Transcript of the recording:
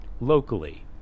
locally